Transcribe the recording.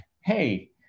hey